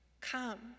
Come